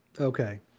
okay